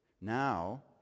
now